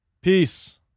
Peace